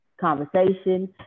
conversation